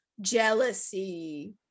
jealousy